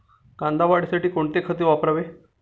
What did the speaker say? कांदा वाढीसाठी कोणते खत वापरावे?